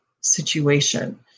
situation